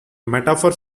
metaphor